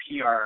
PR